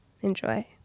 Enjoy